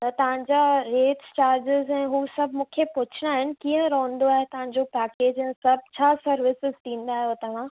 त तव्हांजा rates charges ऐं हू सभु मूंखे पुछणा आहिनि कीअं रहंदो आहे तव्हांजो पैकेज सभु छा सर्विसिस ॾींदा आहियो तव्हां